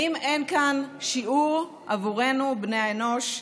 האם אין כאן שיעור עבורנו, בני האנוש?